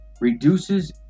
reduces